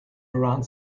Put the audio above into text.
around